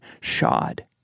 shod